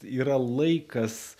ir laikas